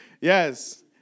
Yes